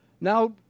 Now